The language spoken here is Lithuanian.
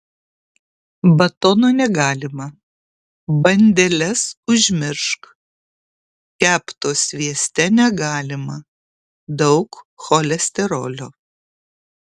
batono negalima bandeles užmiršk kepto svieste negalima daug cholesterolio